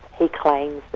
he claims